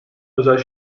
özel